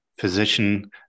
physician